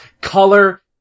color